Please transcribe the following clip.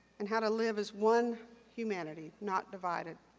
and how to live as one humanity, not divided.